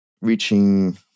reaching